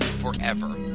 forever